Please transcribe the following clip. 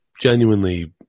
genuinely